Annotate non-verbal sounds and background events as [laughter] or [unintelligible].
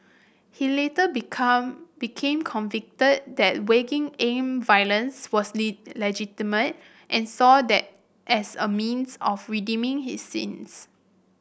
he later become became [unintelligible] that waging armed violence was [unintelligible] legitimate and saw that as a means of redeeming his sins